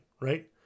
right